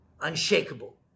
unshakable